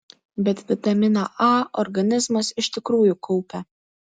bet vitaminą a organizmas iš tikrųjų kaupia